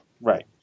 Right